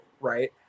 right